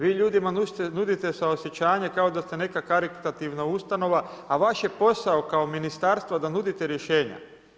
Vi ljudima nudite suosjećanje kao daste nekakva karitativna ustanova a vaš je posao kao ministarstva da nudite rješenja.